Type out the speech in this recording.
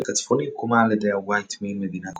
בחלק הצפוני הוקמה על ידי הוייט מין מדינה